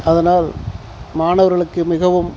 அதனால் மாணவர்களுக்கு மிகவும்